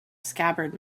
scabbard